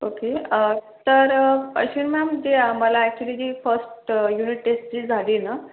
okay तर Ashwini ma'am ते मला ॲक्च्युअली जी फर्स्ट युनिट टेस्ट जी झाली आहे ना